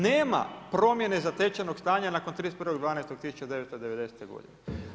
Nema promjene zatečenog stanja nakon 31.12.1990. godine.